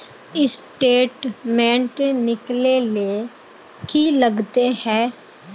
Statement निकले ले की लगते है?